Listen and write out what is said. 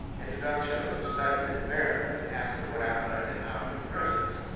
introduction of the studies at maryland after what i've learned at howard university.